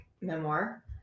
memoir